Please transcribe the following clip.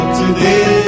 today